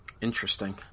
Interesting